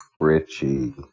richie